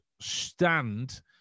stand